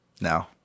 no